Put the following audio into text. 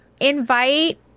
invite